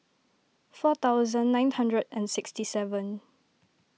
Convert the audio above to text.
four thousand nine hundred and sixty seven